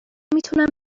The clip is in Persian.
میتونم